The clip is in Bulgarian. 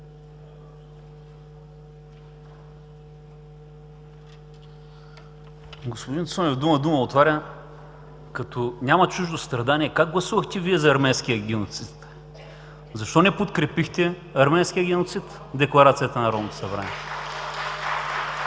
Господин Цонев, дума – дума отваря! Като няма чуждо страдание, как гласувахте Вие за арменския геноцид? Защо не подкрепихте арменския геноцид в Декларацията на Народното събрание?